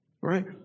right